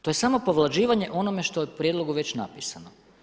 To je samo povlađivanje onome što je u prijedlogu već napisano.